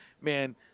man